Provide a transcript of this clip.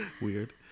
Weird